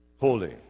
Holy